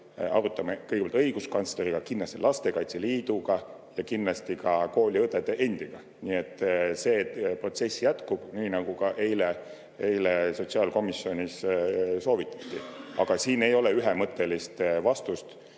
arutame edasi, kõigepealt õiguskantsleriga, kindlasti Lastekaitse Liiduga ja kindlasti kooliõdede endiga. Nii et see protsess jätkub, nii nagu ka eile sotsiaalkomisjonis soovitati. Aga siin ei ole ühemõttelist vastust,